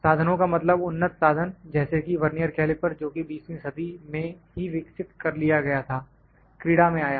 साधनों का मतलब उन्नत साधन जैसे कि वर्नियर कैलीपर जोकि बीसवीं सदी में ही विकसित कर लिया गया था क्रीडा में आया